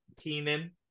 Keenan